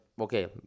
okay